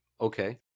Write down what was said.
Okay